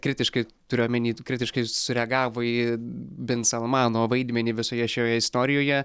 kritiškai turiu omeny kritiškai sureagavo į bin salmano vaidmenį visoje šioje istorijoje